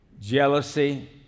jealousy